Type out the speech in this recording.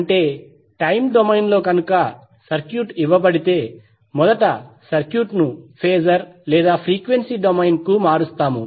అంటే టైమ్ డొమైన్లో కనుక సర్క్యూట్ ఇవ్వబడితే మొదట సర్క్యూట్ను ఫేజర్ లేదా ఫ్రీక్వెన్సీ డొమైన్ కు మారుస్తాము